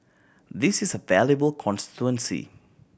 this is a valuable constituency